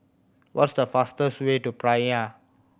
what's the fastest way to Praia